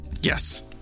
yes